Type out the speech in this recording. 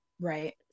Right